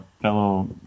fellow